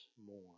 more